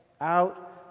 out